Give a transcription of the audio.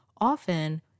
Often